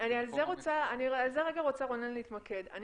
אני על זה רגע רוצה להתמקד, רונן.